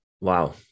Wow